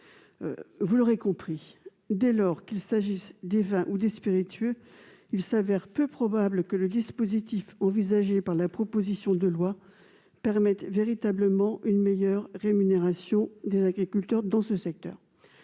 de celui-ci. Dès lors, qu'il s'agisse des vins ou des spiritueux, il paraît peu probable que le dispositif envisagé par la proposition de loi permette véritablement une meilleure rémunération des agriculteurs dans ce secteur.